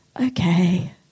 okay